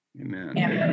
amen